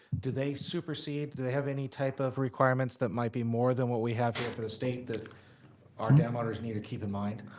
do they supersede? do they have any type of requirements that might be more than what we have with the state that our dam owners need to keep in mind?